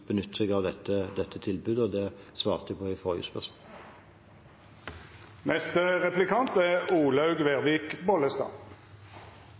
benytter seg av dette tilbudet. Det svarte jeg på i forrige spørsmål. Under saksbehandlingen har Kristelig Folkeparti stilt en rekke spørsmål til statsråden. Ett av dem er